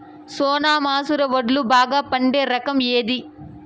సోనా మసూర వడ్లు బాగా పండే రకం ఏది